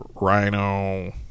Rhino